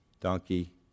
donkey